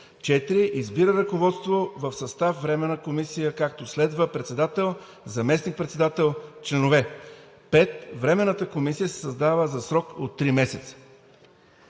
4. Избира ръководство и състав на Временната комисия, както следва: председател; заместник-председател; членове. 5. Временната комисия се създава за срок от три месеца.“